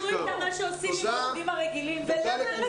הישיבה נעולה.